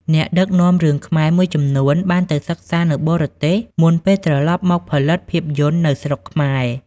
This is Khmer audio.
អ្នកដឹកនាំរឿងខ្មែរមួយចំនួនបានទៅសិក្សានៅបរទេសមុនពេលត្រឡប់មកផលិតភាពយន្តនៅស្រុកខ្មែរ។